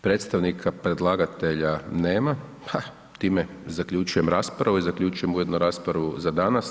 Predstavnika predlagatelja nema, time zaključujem raspravu i zaključujem ujedno raspravu za danas.